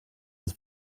his